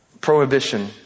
prohibition